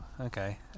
okay